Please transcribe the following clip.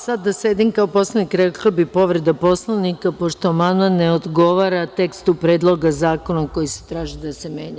Sada da sedim kao poslanik rekla bih povreda Poslovnika, pošto amandman ne odgovara tekstu Predloga zakona koji se traži da se menja.